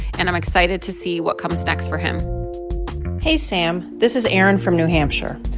and i'm excited to see what comes next for him hey, sam. this is erin from new hampshire.